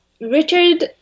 Richard